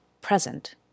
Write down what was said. present